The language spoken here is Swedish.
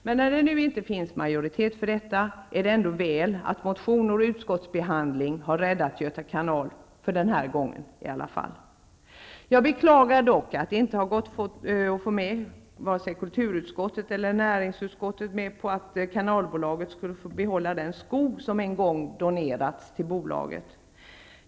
Men när det nu inte finns majoritet för detta är det ändå väl att motioner och utskottsbehandling har räddat Göta kanal, för den här gången i alla fall. Jag beklagar dock att det inte har gått att få med vare sig kulturutskottet eller näringsutskottet på att Kanalbolaget skulle få behålla den skog som en gång donerats till bolaget.